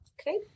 Okay